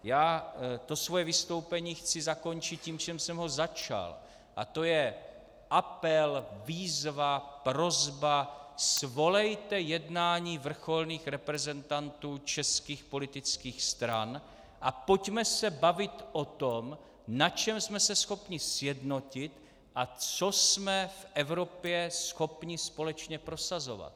Já to svoje vystoupení chci zakončit tím, čím jsem ho začal, a to je apel, výzva, prosba: svolejte jednání vrcholných reprezentantů českých politických stran a pojďme se bavit o tom, na čem jsme se schopni sjednotit a co jsme v Evropě schopni společně prosazovat.